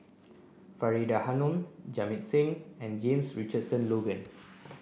Faridah Hanum Jamit Singh and James Richardson Logan